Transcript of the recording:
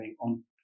on